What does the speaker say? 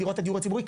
דירות הדיור הציבורי,